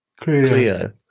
Cleo